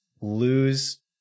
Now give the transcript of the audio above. lose